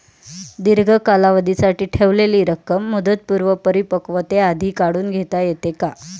दीर्घ कालावधीसाठी ठेवलेली रक्कम मुदतपूर्व परिपक्वतेआधी काढून घेता येते का?